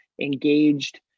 engaged